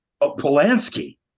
Polanski